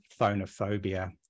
phonophobia